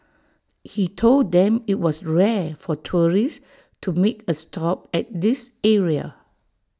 he told them IT was rare for tourists to make A stop at this area